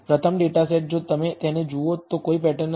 પ્રથમ data set જો તમે તેને જુઓ તો કોઈ પેટર્ન નથી